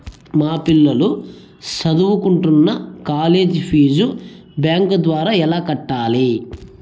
మా పిల్లలు సదువుకుంటున్న కాలేజీ ఫీజు బ్యాంకు ద్వారా ఎలా కట్టాలి?